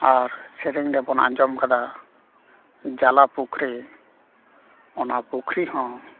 ᱟᱨ ᱥᱮᱨᱮᱧ ᱨᱮᱵᱚᱱ ᱟᱸᱡᱚᱢ ᱠᱟᱫᱟ ᱡᱟᱞᱟ ᱯᱩᱠᱷᱨᱤ ᱚᱱᱟ ᱯᱩᱠᱷᱨᱤ ᱦᱚᱸ